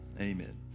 Amen